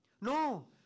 No